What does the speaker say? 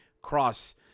cross